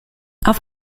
auf